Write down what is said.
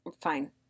fine